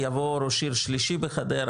יבוא ראש עיר שלישי בחדרה,